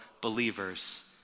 believers